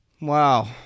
Wow